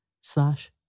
slash